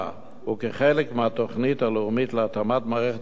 וכחלק מהתוכנית הלאומית להתאמת מערכת החינוך